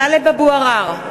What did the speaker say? (קוראת בשמות חברי הכנסת) טלב אבו עראר,